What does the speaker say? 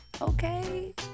okay